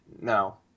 no